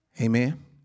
Amen